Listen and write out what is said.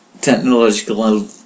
technological